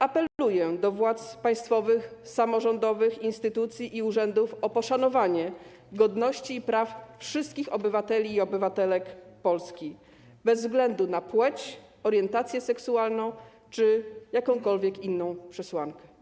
Apeluję do władz państwowych, samorządowych, instytucji i urzędów o poszanowanie godności i praw wszystkich obywateli i obywatelek Polski, bez względu na płeć, orientację seksualną czy jakąkolwiek inną przesłankę.